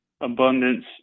abundance